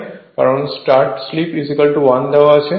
কারণ start slip দেওয়া আছে